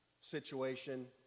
situation